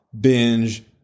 binge